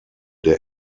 der